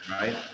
right